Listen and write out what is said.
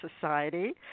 Society